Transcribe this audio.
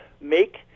make